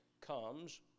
comes